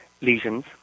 lesions